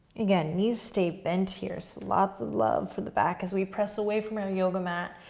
again, knees stay bent here, so lots of love for the back as we press away from our yoga mat.